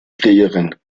kreieren